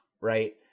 Right